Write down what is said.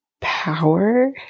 power